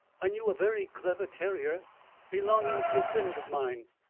i knew a very clever terrier belonging to a friend of mine.